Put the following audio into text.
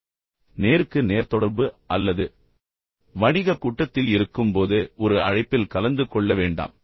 நீங்கள் நேருக்கு நேர் தொடர்பு அல்லது வணிகக் கூட்டத்தில் இருக்கும்போது ஒரு அழைப்பில் கலந்து கொள்ள வேண்டாம்